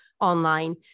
online